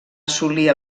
assolir